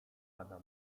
adam